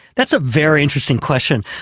that's a very interesting question.